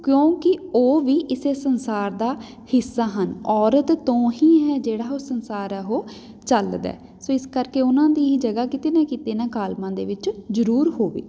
ਕਿਉਂਕਿ ਉਹ ਵੀ ਇਸ ਸੰਸਾਰ ਦਾ ਹਿੱਸਾ ਹਨ ਔਰਤ ਤੋਂ ਹੀ ਹੈ ਜਿਹੜਾ ਉਹ ਸੰਸਾਰ ਹੈ ਉਹ ਚਲਦਾ ਸੋ ਇਸ ਕਰਕੇ ਉਹਨਾਂ ਦੀ ਹੀ ਜਗ੍ਹਾ ਕਿਤੇ ਨਾ ਕਿਤੇ ਇਨ੍ਹਾਂ ਕਾਲਮਾਂ ਦੇ ਵਿੱਚ ਜ਼ਰੂਰ ਹੋਵੇ